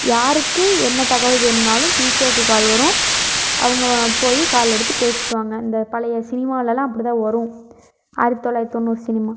யாருக்கு என்ன தகவல் வேணுன்னாலும் பிசிஓக்கு கால் வரும் அவங்க போய் கால் எடுத்து பேசிக்குவாங்க இந்த பழைய சினிமாலலாம் அப்படி தான் வரும் ஆயிரத்து தொள்ளாயிரத்து தொண்ணூறு சினிமா